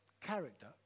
character